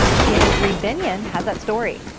cnn's reid binion has that story.